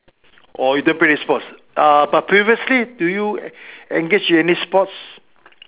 orh you don't play any sports uh but previously do you engage in any sports